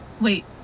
Wait